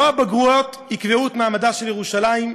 לא הבגרויות יקבעו את מעמדה של ירושלים,